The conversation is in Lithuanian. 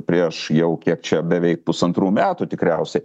prieš jau kiek čia beveik pusantrų metų tikriausiai